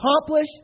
accomplish